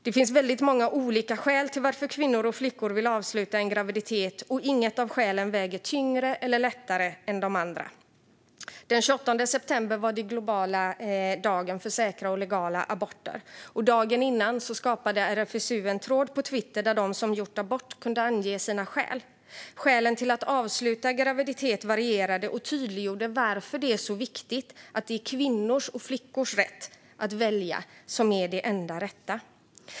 Det finns många olika skäl till att kvinnor och flickor vill avsluta en graviditet, och inget av skälen väger tyngre eller lättare än de andra. Den 28 september var det den globala dagen för säkra och legala aborter. Dagen innan skapade RFSU en tråd på Twitter där de som gjort abort kunde ange sina skäl. Skälen till att avsluta en graviditet varierade och tydliggjorde att kvinnors och flickors rätt att själva välja är det enda rätta.